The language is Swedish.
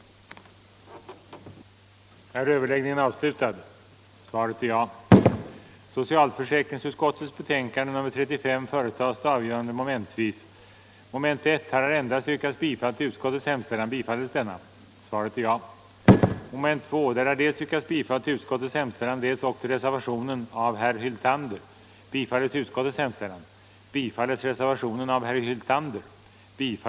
: Vissa handikappfrågor den det ej vill röstar nej.